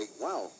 wow